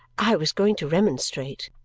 i was going to remonstrate.